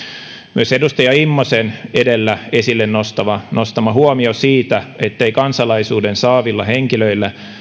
myös edustaja immosen edellä esille nostama nostama huomio siitä ettei kansalaisuuden saavilla henkilöillä